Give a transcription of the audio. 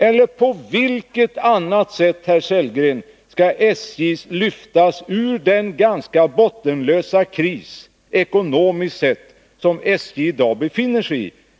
Eller på vilket annat sätt, herr Sellgren, skall SJ lyftas ur den ganska bottenlösa kris ekonomiskt sett som SJ i dag befinner sig i?